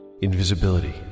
Invisibility